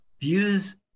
views